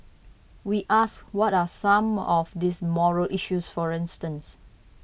we asked what were some of these morale issues for instance